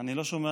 אני לא שומע.